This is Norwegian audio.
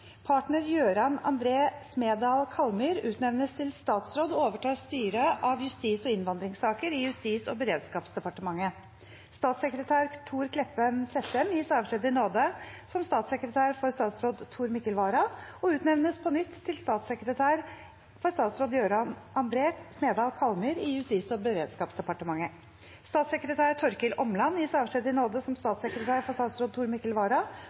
Partner Jøran André Smedal Kallmyr utnevnes til statsråd og overtar styret av justis- og innvandringssaker i Justis- og beredskapsdepartementet. Statssekretær Thor Kleppen Sættem gis avskjed i nåde som statssekretær for statsråd Tor Mikkel Wara og utnevnes på nytt til statssekretær for statsråd Jøran André Smedal Kallmyr i Justis- og beredskapsdepartementet. Statssekretær Torkil Åmland gis avskjed i nåde som statssekretær for statsråd Tor Mikkel Wara